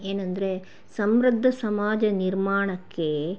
ಏನಂದರೆ ಸಮೃದ್ಧ ಸಮಾಜ ನಿರ್ಮಾಣಕ್ಕೆ